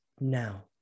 now